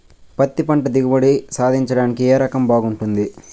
పత్తి పంట దిగుబడి సాధించడానికి ఏ రకం బాగుంటుంది?